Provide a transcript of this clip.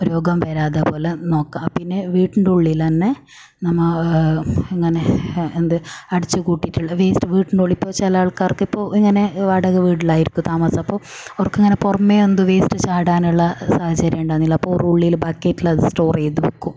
രോഗം വരാതെ പോലെ നോക്കുക പിന്നെ വീട്ടിൻ്റെ ഉള്ളിലന്നെ നമ്മൾ ഇങ്ങനെ എന്ത് അടിച്ചു കൂട്ടീട്ടുള്ള വേസ്റ്റ് വീട്ടിൻ്റെ ഉള്ളിലിപ്പോൾ ചില ആൾക്കാർക്കിപ്പോൾ ഇങ്ങനെ വാടക വീടിലായിരിക്കും താമസം അപ്പോൾ അവർക്ക് ഇങ്ങനെ പുറമേ എന്ത് വേസ്റ്റ് ചാടാനുള്ള സാഹചര്യം ഉണ്ടാകുന്നില്ല അപ്പോൾ ഓറ് ഉള്ളിൽ ബക്കറ്റിൽ അത് സ്റ്റോറ് ചെയ്തു വെക്കും